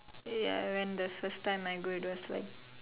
ya when the first time I go it was like